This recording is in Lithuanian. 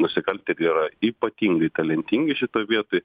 nusikaltėliai yra ypatingai talentingi šitoj vietoj